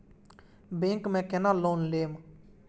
Bank में केना loan लेम?